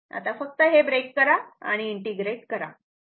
आता फक्त हे ब्रेक करा आणि इंटिग्रेट करा